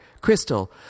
crystal